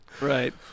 Right